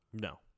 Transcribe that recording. No